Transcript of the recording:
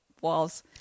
walls